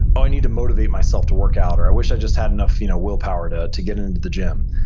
i need to motivate myself to workout, or, i wish i just had enough you know willpower to to get into the gym.